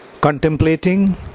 contemplating